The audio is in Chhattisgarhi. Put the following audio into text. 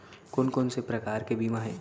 कोन कोन से प्रकार के बीमा हे?